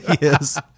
Yes